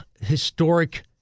historic